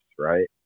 right